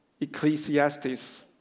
Ecclesiastes